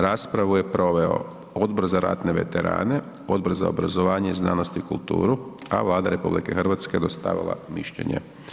Raspravu je proveo Odbor za ratne veterane, Odbor za obrazovanje, znanost i kulturu, a Vlada RH dostavila mišljenje.